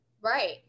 Right